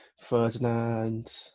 Ferdinand